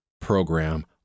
program